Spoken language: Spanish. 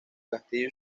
castillo